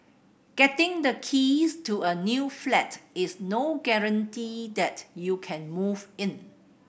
getting the keys to a new flat is no guarantee that you can move in